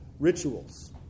Rituals